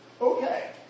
Okay